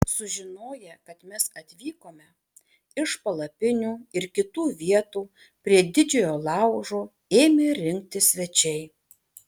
sužinoję kad mes atvykome iš palapinių ir kitų vietų prie didžiojo laužo ėmė rinktis svečiai